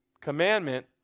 commandment